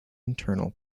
internal